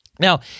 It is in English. Now